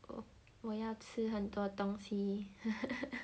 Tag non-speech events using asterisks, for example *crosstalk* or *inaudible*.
哦我要吃很多东西 *laughs*